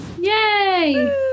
Yay